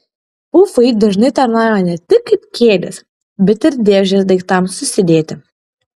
pufai dažnai tarnauja ne tik kaip kėdės bet ir dėžės daiktams susidėti